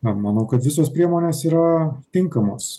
na manau kad visos priemonės yra tinkamos